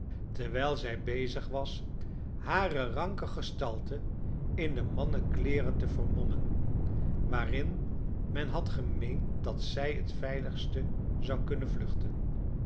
terwijl zij bezig was hare ranke gestalte in de mannenkleederen te vermommen waarin men had gemeend dat zij het veiligste zou kunnen vluchten